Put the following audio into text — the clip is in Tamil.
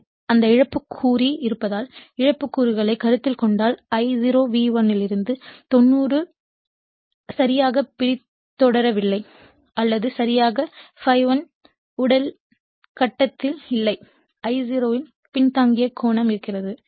எனவே அந்த இழப்பு கூறு இருப்பதால் இழப்புக் கூறுகளைக் கருத்தில் கொண்டால் I0 V1 இலிருந்து 90 o ஐ சரியாகப் பின்தொடரவில்லை அல்லது சரியாக ∅1 உடன் கட்டத்தில் இல்லை I0 இன் பின்தங்கிய கோணம் இருக்கும்